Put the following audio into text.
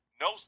No